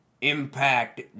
Impact